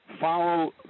Follow